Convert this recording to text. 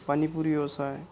पाणीपुरी व्यवसाय